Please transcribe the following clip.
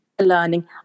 learning